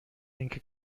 اینکه